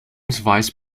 vice